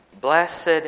Blessed